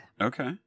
Okay